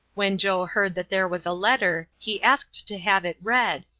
when joe heard that there was a letter, he asked to have it read,